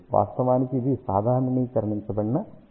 వాస్తవానికి ఇది సాధారణీకరించబడిన విలువ